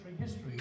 history